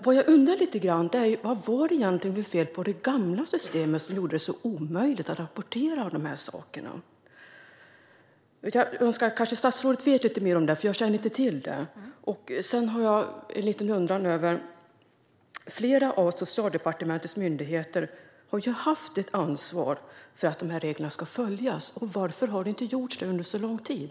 Vad jag undrar lite grann är vad det egentligen var för fel på det gamla systemet som gjorde det så omöjligt att rapportera om de här sakerna. Kanske statsrådet vet lite mer om det? Jag känner inte till det. Jag har en annan liten undran. Flera av Socialdepartementets myndigheter har ju haft ett ansvar för att de här reglerna ska följas. Varför har det inte gjorts under så lång tid?